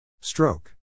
Stroke